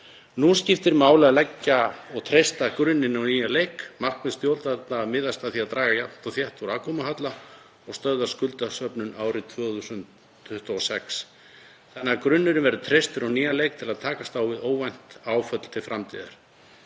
Nú skiptir máli að leggja og treysta grunninn á nýjan leik. Markmið stjórnvalda miðar að því að draga jafnt og þétt úr afkomuhalla og stöðva skuldasöfnun árið 2026 þannig að grunnurinn verði treystur á nýjan leik til að takast á við óvænt áföll til framtíðar.